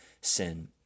sin